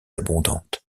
abondante